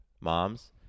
moms